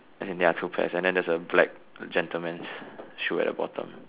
as in they're shoe pads and then there's a black gentleman's shoe at the bottom